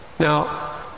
Now